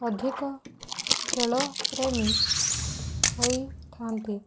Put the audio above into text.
ଅଧିକ ଖେଳ ପ୍ରେମୀ ହୋଇଥାନ୍ତି